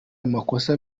amakosa